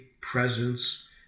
presence